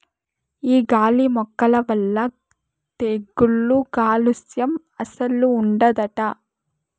ఈ గాలి మొక్కల వల్ల తెగుళ్ళు కాలుస్యం అస్సలు ఉండదట